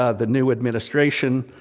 ah the new administration